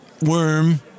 worm